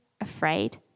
afraid